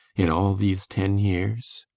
in all these ten years?